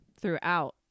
throughout